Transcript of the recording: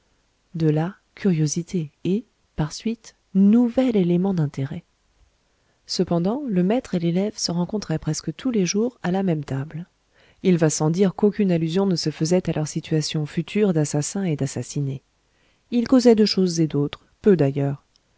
de là curiosité et par suite nouvel élément d'intérêt cependant le maître et l'élève se rencontraient presque tous les jours à la même table il va sans dire qu'aucune allusion ne se faisait à leur situation future d'assassin et d'assassiné ils causaient de choses et d'autres peu d'ailleurs